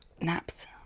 Naps